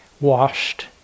washed